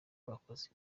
bakoze